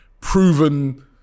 proven